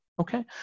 okay